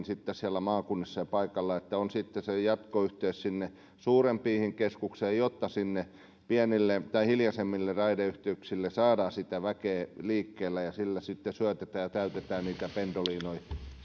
sitten siellä maakunnissa ja paikalla että on sitten se jatkoyhteys sinne suurempiin keskuksiin jotta sinne pienille tai hiljaisemmille raideyhteyksille saadaan sitä väkeä liikkeelle ja sillä sitten syötetään ja täytetään niitä pendolinoja